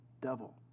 devil